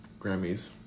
Grammys